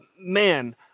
man